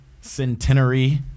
centenary